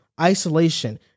isolation